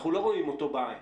אנחנו לא רואים אותו בעין.